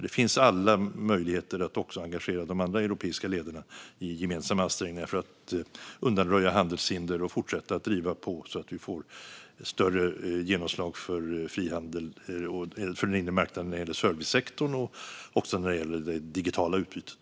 Det finns alla möjligheter att engagera även de andra europeiska ledarna i gemensamma ansträngningar för att undanröja handelshinder och fortsätta att driva på så att vi får större genomslag för frihandel och för den inre marknaden när det gäller servicesektorn och det digitala utbytet.